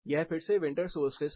यह फिर से विंटर सोल्स्टिस है